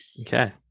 Okay